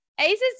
ace's